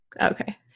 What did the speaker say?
okay